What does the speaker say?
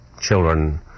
children